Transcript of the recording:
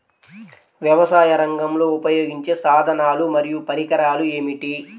వ్యవసాయరంగంలో ఉపయోగించే సాధనాలు మరియు పరికరాలు ఏమిటీ?